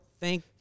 Thank